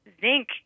zinc